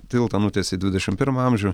tiltą nutiesė į dvidešim pirmą amžių